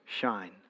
shine